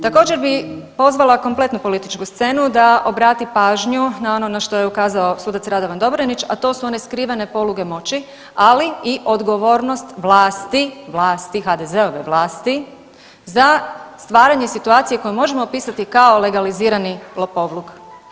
Također bi pozvala kompletnu političku scenu da obrati pažnju na ono na što je ukazao sudac Radovan Dobronić, a to su one skrivene poluge moći, ali i odgovornost vlasti, vlasti, HDZ-ove vlasti za stvaranje situacije koju možemo opisati kao legalizirani lopovluk.